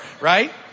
right